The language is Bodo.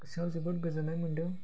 गोसोआव जोबोद गोजोनाय मोन्दों